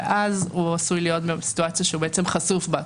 ואז הוא עשוי להיות בסיטואציה שהוא חשוף בה.